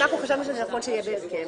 אנחנו חשבנו שנכון שזה יהיה בהרכב,